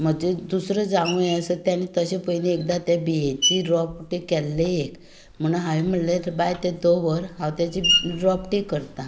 म्हजो दुसरो जांवय आसा तांणे एकदां ते बिंयेचें रोंपटें केल्लें एक म्हूण हांवें म्हणलें बाय तें दवर हांव ताजें रोंपटें करतां